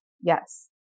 yes